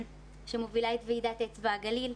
שמובילה את ועידת אצבע הגליל.